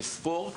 בספורט,